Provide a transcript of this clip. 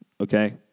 okay